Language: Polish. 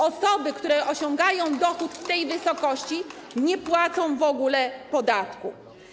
Osoby, które osiągają dochód w tej wysokości, nie płacą w ogóle podatku.